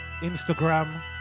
Instagram